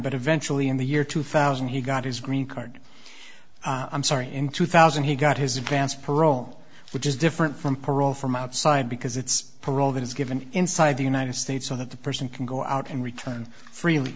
but eventually in the year two thousand he got his green card i'm sorry in two thousand he got his advance parole which is different from parole from outside because it's parole that is given inside the united states so that the person can go out and return freely